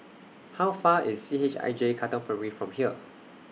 How Far IS C H I J Katong Primary from here